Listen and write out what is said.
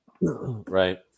Right